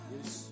Yes